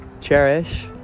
cherish